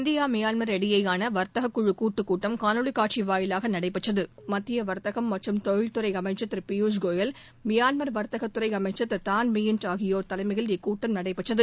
India Myanmar இடையேயான வர்த்தக குழு கூட்டுக் கூட்டம் காணொலி காட்சி வாயிலாக நடைபெற்றது மத்திய வர்த்தகம் மற்றும் தொழில்துறை அமைச்சர் திரு பியூஷ் கோயல் மியான்மர் வர்த்தகத்துறை அமைச்சர் திரு தன் மின்ட் ஆகியோர் தலைமையில் இக்கூட்டம் நடைபெற்றது